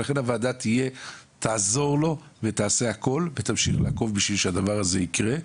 ולכן הוועדה תעזור לו ותעשה הכול ותמשיך לעקוב בשביל שהדבר הזה יקרה,